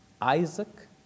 Isaac